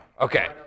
Okay